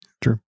True